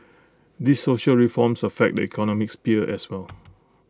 these social reforms affect the economic sphere as well